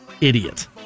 Idiot